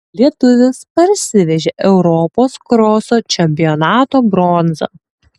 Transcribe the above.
lietuvis parsivežė europos kroso čempionato bronzą